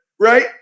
Right